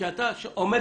כשאתה מעמיד